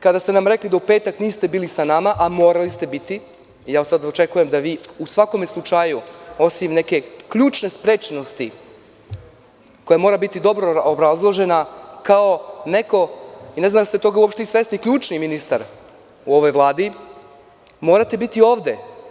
Kada ste nam rekli da u petak niste bili sa nama, a morali ste biti i očekujem da sada u svakom slučaju, osim neke ključne sprečenosti koja mora biti dobro obrazložena, kao ključni ministar u ovoj vladi, ne znam da li ste toga svesni, morate biti ovde.